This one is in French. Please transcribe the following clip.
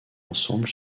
ensemble